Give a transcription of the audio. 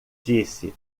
disse